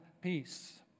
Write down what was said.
peace